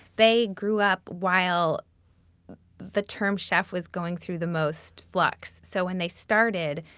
they grew up while the term chef was going through the most flux. so when they started,